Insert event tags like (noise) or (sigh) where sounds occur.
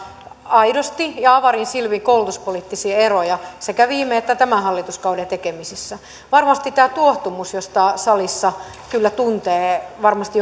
aidosti ja avarin silmin koulutuspoliittisia eroja sekä viime että tämän hallituskauden tekemisissä varmasti tämä tuohtumus josta salissa kyllä tuntee varmasti (unintelligible)